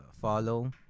follow